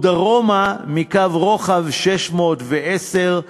או דרומה מקו רוחב 619,